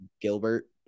Gilbert